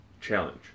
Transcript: challenge